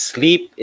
Sleep